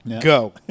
Go